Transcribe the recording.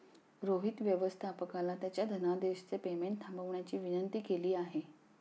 रोहित व्यवस्थापकाला त्याच्या धनादेशचे पेमेंट थांबवण्याची विनंती केली